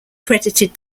credited